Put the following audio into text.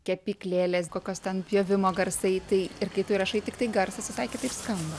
kepyklėlės kokios ten pjovimo garsai tai ir kai tu įrašai tiktai garsas visai kitaip skamba